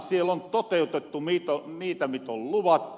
siellä on toteutettu niitä mitä on luvattu